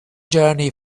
journey